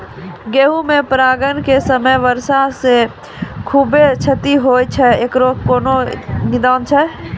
गेहूँ मे परागण के समय वर्षा से खुबे क्षति होय छैय इकरो कोनो निदान छै?